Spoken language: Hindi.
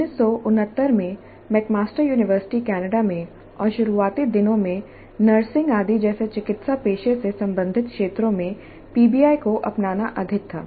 1969 में मैकमास्टर यूनिवर्सिटी कनाडा में और शुरुआती दिनों में नर्सिंग आदि जैसे चिकित्सा पेशे से संबंधित क्षेत्रों में पीबीआई को अपनाना अधिक था